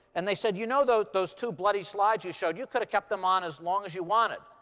and they said, you know those those two bloody slides you showed, you could've kept them on as long as you wanted.